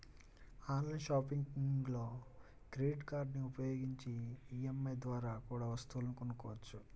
online షాపింగ్లో credit కార్డులని ఉపయోగించి ఈ.ఎం.ఐ ద్వారా కూడా వస్తువులను కొనొచ్చు